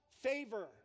favor